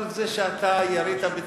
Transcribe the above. אבל זה שאתה ירית בצרורות,